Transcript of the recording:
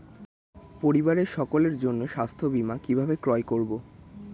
পরিবারের সকলের জন্য স্বাস্থ্য বীমা কিভাবে ক্রয় করব?